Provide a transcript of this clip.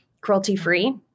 cruelty-free